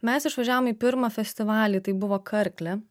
mes išvažiavom į pirmą festivalį tai buvo karklė